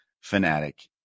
fanatic